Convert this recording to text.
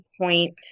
point